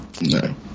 No